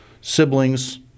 siblings